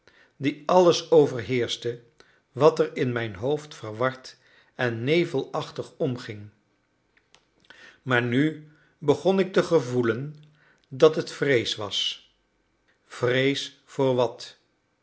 die alles overheerschte wat er in mijn hoofd verward en nevelachtig omging maar nu begon ik te gevoelen dat het vrees was vrees voor wat